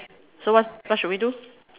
so what what should we do